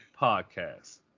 podcast